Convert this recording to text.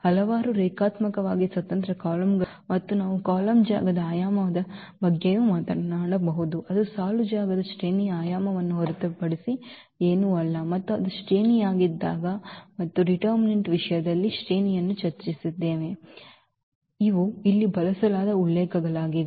ಹಲವಾರು ರೇಖಾತ್ಮಕವಾಗಿ ಸ್ವತಂತ್ರ ಕಾಲಮ್ಗಳು ಇದ್ದವು ಮತ್ತು ನಾವು ಕಾಲಮ್ ಜಾಗದ ಆಯಾಮದ ಬಗ್ಗೆಯೂ ಮಾತನಾಡಬಹುದು ಅದು ಸಾಲು ಜಾಗದ ಶ್ರೇಣಿಯ ಆಯಾಮವನ್ನು ಹೊರತುಪಡಿಸಿ ಏನೂ ಅಲ್ಲ ಮತ್ತು ಅದು ಶ್ರೇಣಿಯದ್ದಾಗಿದೆ ಮತ್ತು ನಾವು ನಿರ್ಣಯಕಾರರ ವಿಷಯದಲ್ಲಿ ಶ್ರೇಣಿಯನ್ನು ಚರ್ಚಿಸಿದ್ದೇವೆ ಇವುಗಳು ಇಲ್ಲಿ ಬಳಸಲಾದ ಉಲ್ಲೇಖಗಳಾಗಿವೆ